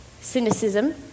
cynicism